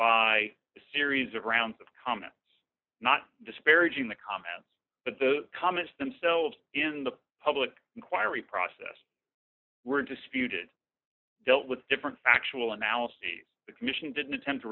a series of rounds of comments not disparaging the comments but the comments themselves in the public inquiry process were disputed dealt with different factual analyses the commission didn't attempt to